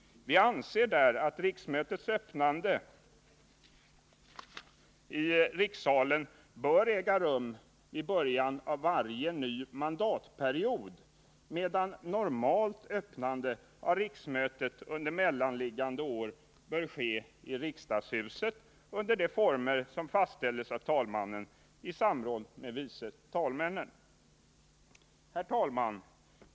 Vi anser där att riksmötets öppnande i rikssalen bör äga rum vid början av varje ny mandatperiod, medan normalt öppnande av riksmötet under mellanliggande år bör ske i riksdagshuset under de former som fastställes av talmannen i samråd med vice talmännen. Herr talman!